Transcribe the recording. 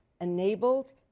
enabled